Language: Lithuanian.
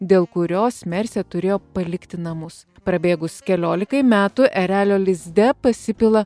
dėl kurios mersė turėjo palikti namus prabėgus keliolikai metų erelio lizde pasipila